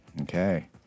Okay